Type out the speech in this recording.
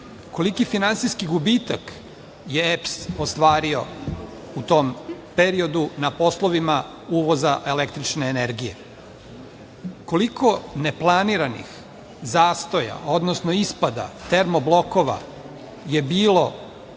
Koliki finansijski gubitak je EPS ostvario u tom periodu na poslovima uvoza električne energije? Koliko neplaniranih zastoja, odnosno ispada termoblokova je bilo